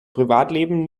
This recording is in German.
privatleben